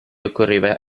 occorreva